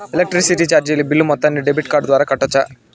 Electricity చార్జీలు bill మొత్తాన్ని debit card ద్వారా కట్టొచ్చా?